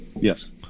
Yes